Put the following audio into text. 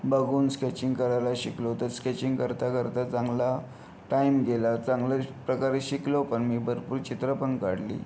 बघून स्केचिंग करायला शिकलो तर स्केचिंग करता करता चांगला टाइम गेला चांगल्याप्रकारे शिकलो पण मी भरपूर चित्र पण काढली